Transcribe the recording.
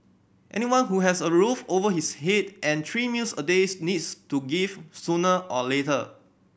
anyone who has a roof over his head and three meals a days needs to give sooner or later